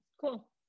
cool